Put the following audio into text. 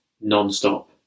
non-stop